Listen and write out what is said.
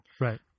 Right